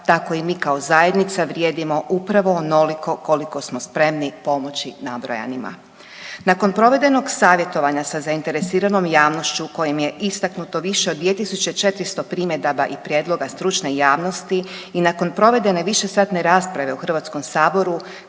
tako i mi kao zajednica vrijedimo upravo onoliko koliko smo spremni pomoći nabrojanima. Nakon provedenog savjetovanja sa zainteresiranom javnošću u kojem je istaknuto više od 2.400 primjedaba i prijedloga stručne javnosti i nakon provedene višesatne rasprave u HS Klub